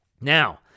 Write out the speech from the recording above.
Now